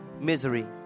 misery